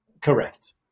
Correct